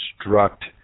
construct